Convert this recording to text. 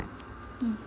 mm